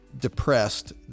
depressed